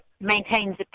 maintains